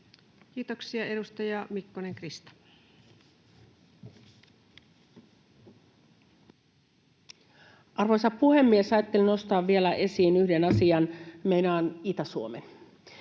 Kiitoksia. — Edustaja Mikkonen, Krista. Arvoisa puhemies! Ajattelin nostaa vielä esiin yhden asian, meinaan Itä-Suomen.